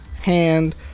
hand